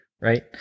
right